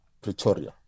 pretoria